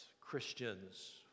Christians